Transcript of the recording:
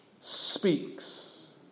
speaks